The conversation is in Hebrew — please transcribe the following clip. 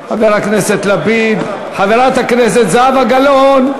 חבר הכנסת לפיד, חברת הכנסת זהבה גלאון.